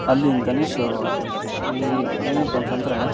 ಅಲ್ಲಿಂದ ಶುರುವಾಗುತ್ತೆ ಈ ಏನಪ್ಪ ಅಂತಂದರೆ